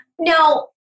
Now